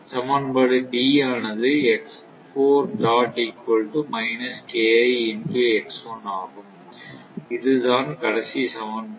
சமன்பாடு ஆனது ஆகும் இதுதான் கடைசி சமன்பாடு